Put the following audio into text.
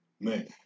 Man